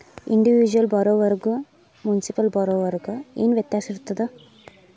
Individual ಬಾರೊವರ್ಗು municipal ಬಾರೊವರ್ಗ ಏನ್ ವ್ಯತ್ಯಾಸಿರ್ತದ?